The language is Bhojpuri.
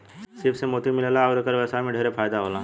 सीप से मोती मिलेला अउर एकर व्यवसाय में ढेरे फायदा होला